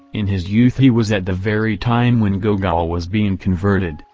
in his youth he was at the very time when gogol was being converted,